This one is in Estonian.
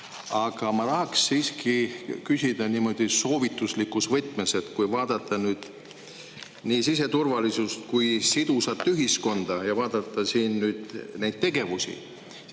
ma tahaksin siiski küsida niimoodi soovituslikus võtmes. Kui vaadata nii siseturvalisust kui ka sidusat ühiskonda ja vaadata neid tegevusi,